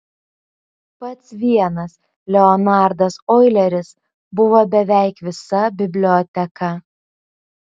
pats vienas leonardas oileris buvo beveik visa biblioteka